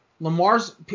Lamar's